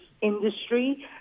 industry